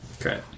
Okay